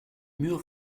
mûre